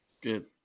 Good